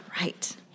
Right